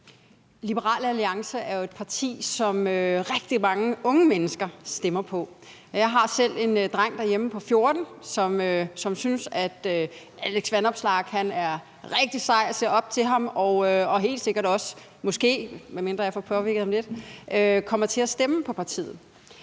Liberal Alliance er jo et parti, som rigtig mange unge mennesker stemmer på. Jeg har selv en dreng derhjemme på 14 år, som synes, at Alex Vanopslagh er rigtig sej, og som ser op til ham og måske også, medmindre jeg får påvirket ham lidt, kommer til at stemme på partiet.